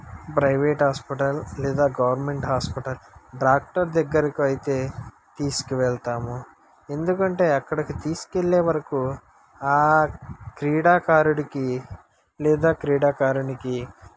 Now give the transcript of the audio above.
private hospital లేదా government hospital doctor దగ్గరకు అయితే తీసుకువెళ్తాము ఎందుకంటే అక్కడికి తీసుకువెళ్ళే వరకు ఆ క్రీడాకారుడికి లేదా క్రీడాకారునికి